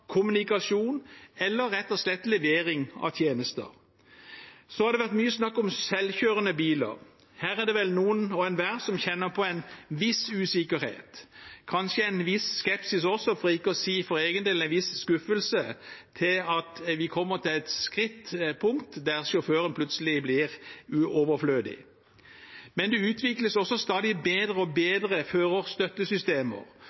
kommunikasjon eller rett og slett levering av tjenester. Det har vært mye snakk om selvkjørende biler. Her er det vel noen hver som kjenner på en viss usikkerhet, kanskje en viss skepsis også – for egen del også en viss skuffelse – til at vi kan komme til et punkt hvor sjåføren plutselig blir overflødig. Men det utvikles altså stadig bedre førerstøttesystemer, og